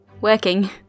Working